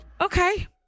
okay